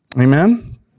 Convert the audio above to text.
Amen